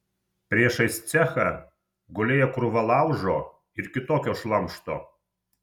priešais cechą gulėjo krūva laužo ir kitokio šlamšto